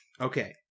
okay